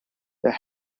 that